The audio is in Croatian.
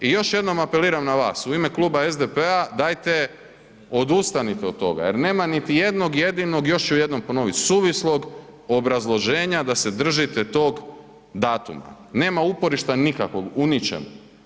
I još jednom apeliram na vas u ime kluba SDP-a dajte odustanite od toga jer nam niti jednog jedinom, još ću jednom ponoviti, suvislog obrazloženja da se držite tog datuma, nema uporišta nikakvog u ničemu.